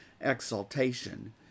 exaltation